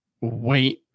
wait